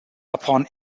upon